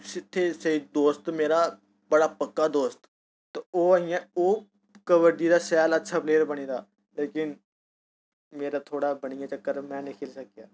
सिथै स्हेई दोस्त मेरा बड़ा पक्का दोस्त ते ओह् इ'यां ओह् कब्बडी दा शैल अच्छा प्लेयर बनी दा लेकिन मेरा थोह्ड़ा बनिया चक्कर में नेईं खेढी सकेआ